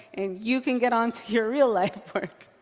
and you can get on to your real life work.